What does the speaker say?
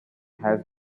has